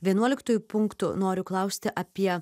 vienuoliktoju punktu noriu klausti apie